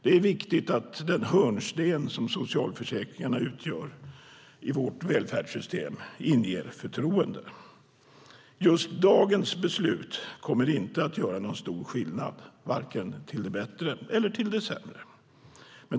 Det är viktigt att den hörnsten som socialförsäkringarna utgör i vårt välfärdssystem inger förtroende. Just beslutet om det vi diskuterar här i dag kommer inte att göra stor skillnad vare sig till det bättre eller till det sämre.